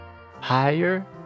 higher